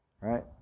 Right